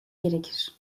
gerekir